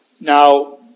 Now